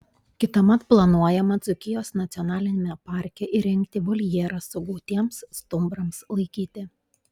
kitąmet planuojama dzūkijos nacionaliniame parke įrengti voljerą sugautiems stumbrams laikyti